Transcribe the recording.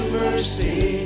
mercy